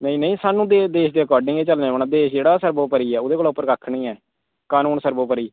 नेईं नेईं स्हानू देश दे अकार्डिंग गै चलना पौना देश जेह्ड़ा सर्वोपरी ऐ ओह्दे कोला उप्पर किश निं ऐ कानून सर्वोपरी